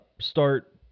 start